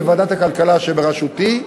‏לדיון‏ בוועדת ‏הכלכלה שבראשותי,